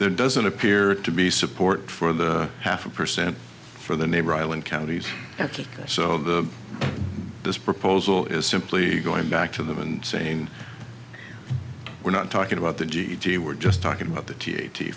there doesn't appear to be support for the half a percent for the neighbor island counties ok so the this proposal is simply going back to them and saying we're not talking about the g g we're just talking about the t